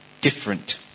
different